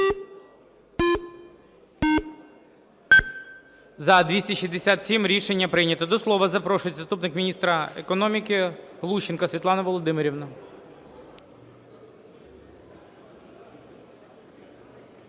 За-267 Рішення прийнято. До слова запрошується заступник міністра економіки Глущенко Світлана Володимирівна.